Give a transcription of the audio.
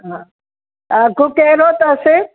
हा अघु कहिड़ो अथसि